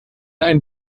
ein